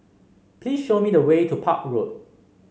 please show me the way to Park Road